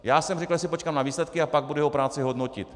Já jsem řekl, že si počkám na výsledky, a pak budu jeho práci hodnotit.